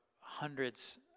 hundreds